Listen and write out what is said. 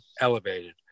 elevated